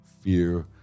fear